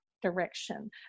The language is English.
direction